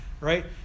right